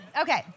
Okay